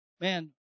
Man